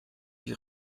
die